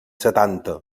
setanta